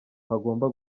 hagomba